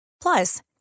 Plus